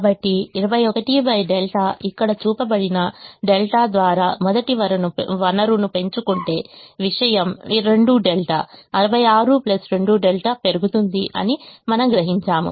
కాబట్టి 21ẟ ఇక్కడ చూపబడిన డెల్టా ద్వారా మొదటి వనరును పెంచుకుంటే విషయం 2ẟ 66 2ẟ పెరుగుతుంది అని మనం గ్రహించాము